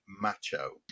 Macho